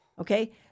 Okay